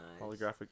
Holographic